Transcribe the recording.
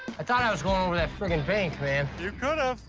i thought i was going over that freaking bank, man. you could ah